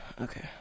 Okay